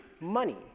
Money